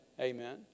Amen